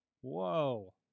Whoa